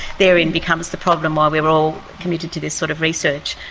therein becomes the problem, why we are all committed to this sort of research.